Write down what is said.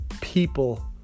people